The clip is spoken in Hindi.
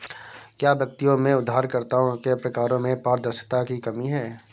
क्या व्यक्तियों में उधारकर्ताओं के प्रकारों में पारदर्शिता की कमी है?